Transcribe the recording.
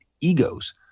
egos